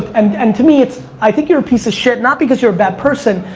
and and to me, it's, i think you're a piece of shit not because you're a bad person,